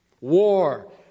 War